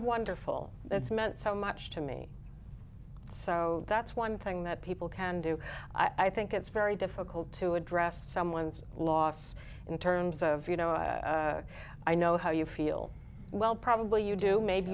wonderful that's meant so much to me so that's one thing that people can do i think it's very difficult to address someone's loss in terms of you know i know how you feel well probably you do maybe